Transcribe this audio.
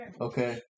Okay